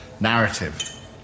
narrative